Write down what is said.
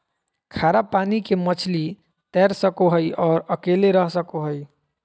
खारा पानी के मछली तैर सको हइ और अकेले रह सको हइ